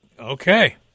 Okay